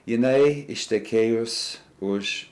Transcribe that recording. jinai ištekėjus už